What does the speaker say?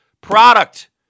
product